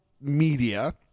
Media